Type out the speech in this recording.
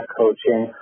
coaching